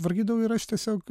tvarkydavau ir aš tiesiog